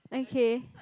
okay